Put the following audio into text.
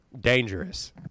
Dangerous